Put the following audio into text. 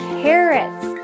carrots